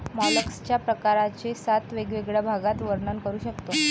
मॉलस्कच्या प्रकारांचे सात वेगवेगळ्या भागात वर्णन करू शकतो